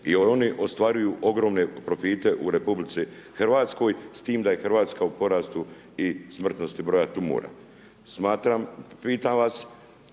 jer oni ostvaruju ogromne profite u RH, s tim da je RH u porastu i smrtnosti broja tumora. Smatram, pitam vas,